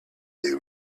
they